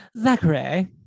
Zachary